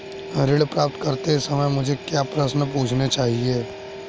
ऋण प्राप्त करते समय मुझे क्या प्रश्न पूछने चाहिए?